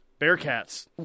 Bearcats